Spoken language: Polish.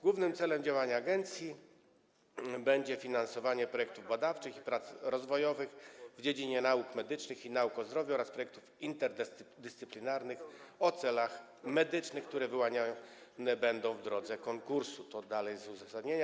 Głównym celem działania agencji będzie finansowanie projektów badawczych i prac rozwojowych w dziedzinie nauk medycznych i nauk o zdrowiu oraz projektów interdyscyplinarnych o celach medycznych, które wyłaniane będą w drodze konkursu - to dalej z uzasadnienia.